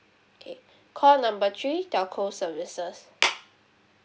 okay call number three telco services